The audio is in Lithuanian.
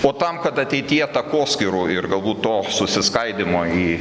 o tam kad ateityje takoskyrų ir galbūt to susiskaidymo į